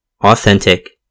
authentic